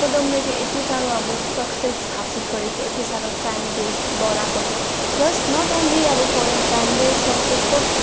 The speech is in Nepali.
पदमले चाहिँ यति साह्रो अब सक्सेस हासिल गरेको छ यति साह्रो फ्यान बेस बढाएको छ प्लस न त उनले अब फ्यान बेस सक्सेस बट